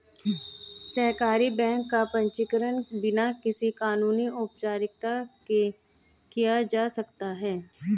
सहकारी बैंक का पंजीकरण बिना किसी कानूनी औपचारिकता के किया जा सकता है